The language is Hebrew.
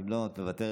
אם לא, את מוותרת.